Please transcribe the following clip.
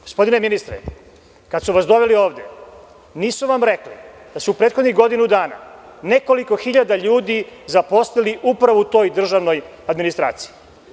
Gospodine ministre, kada su vas doveli ovde nisu vam rekli da se u prethodnih godinu dana nekoliko hiljada ljudi zaposlilo upravo u toj državnoj administraciji.